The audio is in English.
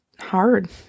hard